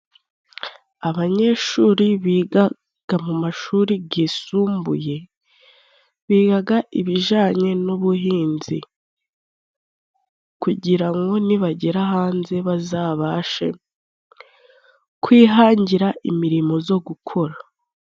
Abanyeshuri bigaga mu mashuri gisumbuye bigaga ibijanye n'ubuhinzi, kugira ngo nibagera hanze bazabashe kwihangira imirimo zo gukora.